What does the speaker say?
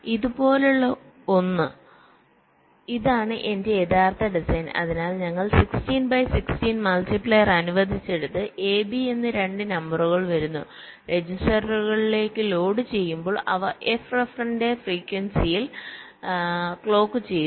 ഇതുപോലുള്ള ഒന്ന് ഇതാണ് എന്റെ യഥാർത്ഥ ഡിസൈൻ അതിനാൽ ഞങ്ങൾ 16 ബൈ 16 മൾട്ടിപ്ലയർ അനുവദിച്ചിടത്ത് A B എന്നീ 2 നമ്പറുകൾ വരുന്നു രജിസ്റ്ററുകളിലേക്ക് ലോഡ് ചെയ്യുമ്പോൾ അവ f ref ന്റെ ഫ്രീക്വൻസിയിൽ ക്ലോക്ക് ചെയ്തു